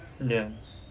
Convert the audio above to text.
ya